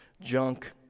junk